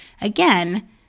again